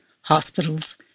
hospitals